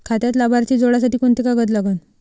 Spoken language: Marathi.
खात्यात लाभार्थी जोडासाठी कोंते कागद लागन?